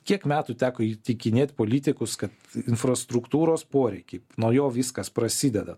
kiek metų teko įtikinėt politikus kad infrastruktūros poreikį nuo jo viskas prasideda